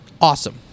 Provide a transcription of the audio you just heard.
awesome